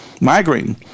migraine